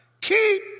keep